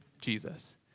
Jesus